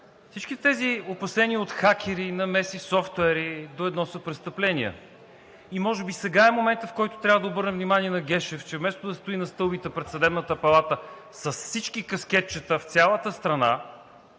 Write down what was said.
всички тези опасения от хакери, намеси, софтуери до едно са престъпления. Може би сега е моментът, в който трябва да обърнем внимание на Гешев, че вместо да стои на стълбите пред Съдебната палата с всички каскетчета в цялата страна,